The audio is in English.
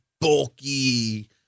bulky